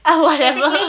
ah whatever